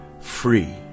free